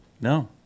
No